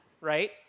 right